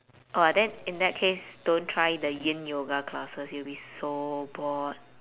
oh then in that case don't try the yin yoga classes you'll be so bored